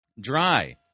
dry